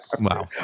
Wow